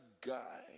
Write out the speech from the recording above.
guy